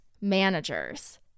managers